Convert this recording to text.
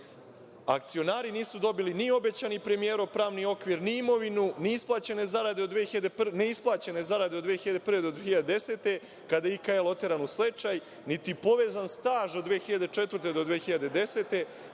Akcionari nisu dobili ni obećani premijerov pravni okvir, ni neisplaćene zarade od 2001. do 2010. godine, kada je IKL oteran u stečaj, niti povezan staž od 2004. do 2010.